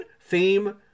theme